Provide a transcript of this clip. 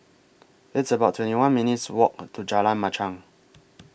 It's about twenty one minutes' Walk to Jalan Machang